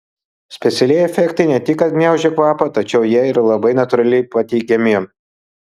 specialieji efektai ne tik kad gniaužia kvapą tačiau jie ir labai natūraliai pateikiami